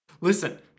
Listen